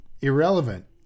irrelevant